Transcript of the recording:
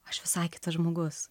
aš visai kitas žmogus